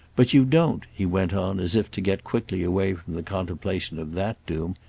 but you don't, he went on as if to get quickly away from the contemplation of that doom,